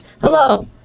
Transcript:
Hello